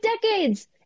decades